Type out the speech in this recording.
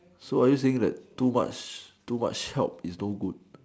so are you saying that too much too much help is no good